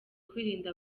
kwirinda